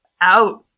Out